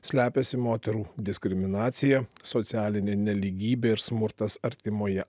slepiasi moterų diskriminacija socialinė nelygybė ir smurtas artimoje